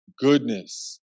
goodness